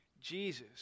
Jesus